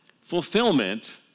fulfillment